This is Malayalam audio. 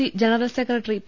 C general secretary P